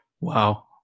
Wow